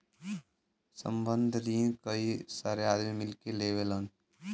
संबंद्ध रिन कई सारे आदमी मिल के लेवलन